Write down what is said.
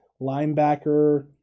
linebacker